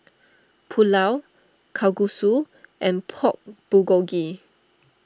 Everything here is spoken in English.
Pulao Kalguksu and Pork Bulgogi